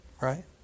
right